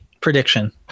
prediction